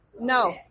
No